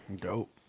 Dope